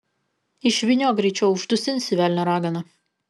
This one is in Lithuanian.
išvyniok greičiau uždusinsi velnio ragana